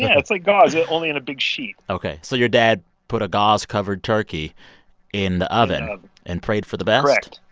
yeah it's like gauze, only in a big sheet ok. so your dad put a gauze-covered turkey in the oven and prayed for the best? correct.